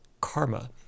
karma